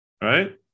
right